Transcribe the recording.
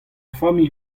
familh